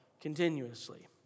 continuously